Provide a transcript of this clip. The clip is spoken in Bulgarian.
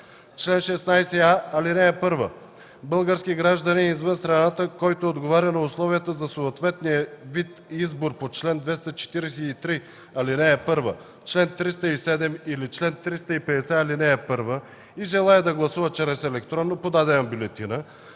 Чл. 16а (1) Български гражданин извън страната, който отговаря на условията за съответния вид избор по чл. 243, ал. 1, чл. 307 или чл. 350, ал. 1 и желае да гласува чрез електронно подадена бюлетина,